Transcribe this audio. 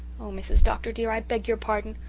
oh, mrs. dr. dear, i beg your pardon.